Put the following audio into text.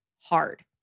hard